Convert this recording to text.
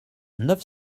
neuf